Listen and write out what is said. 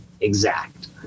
Exact